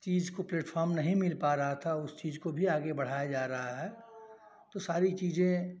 चीज़ को प्लेटफ़ॉर्म नहीं मिल पा रही थी उस चीज़ को भी आगे बढ़ाया जा रहा है तो सारी चीज़ें